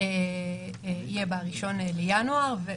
תהיה ב-1 בינואר 2022,